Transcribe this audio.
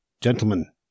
Gentlemen